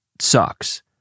sucks